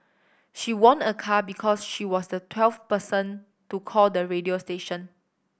she won a car because she was the twelfth person to call the radio station